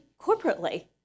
corporately